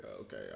okay